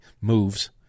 moves